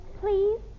please